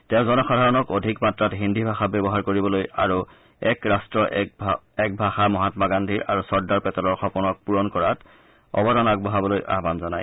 তেওঁ জনসাধাৰণক অধিক মাত্ৰাত হিন্দী ভাষা ব্যৱহাৰ কৰিবলৈ আৰু এক ৰাট্ট এক ভাষা মহামা গান্ধীৰ আৰু চৰ্দাৰ পেটেলৰ সপোনক পূৰণ কৰাত অৱদান আগবঢ়াবলৈ আহান জনায়